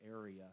area